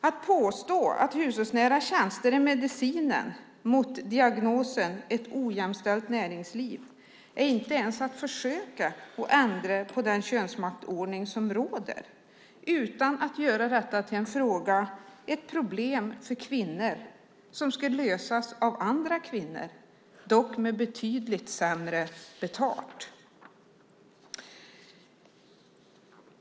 Att påstå att hushållsnära tjänster är medicinen mot diagnosen ett ojämställt näringsliv är inte ens att försöka ändra på den könsmaktsordning som råder utan att göra detta till en fråga, ett problem, för kvinnor som ska lösas av andra kvinnor, dock med betydligt sämre betalt.